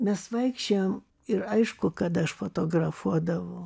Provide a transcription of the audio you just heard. mes vaikščiojom ir aišku kad aš fotografuodavau